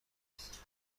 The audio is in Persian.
است